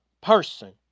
person